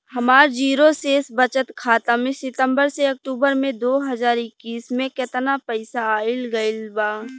हमार जीरो शेष बचत खाता में सितंबर से अक्तूबर में दो हज़ार इक्कीस में केतना पइसा आइल गइल बा?